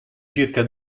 circa